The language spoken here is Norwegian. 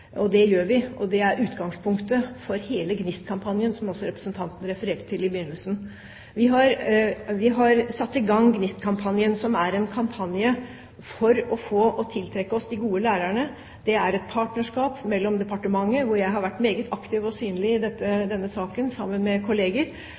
Og det gjør vi, og det er utgangspunktet for hele GNIST-kampanjen, som også representanten refererte til i begynnelsen. Vi har satt i gang GNIST-kampanjen, som er en kampanje for å få og tiltrekke oss de gode lærerne. Det er et partnerskap mellom departementet, hvor jeg i denne saken har vært meget aktiv og synlig